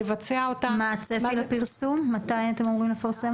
מתי אתם אמורים לפרסם אותה?